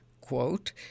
quote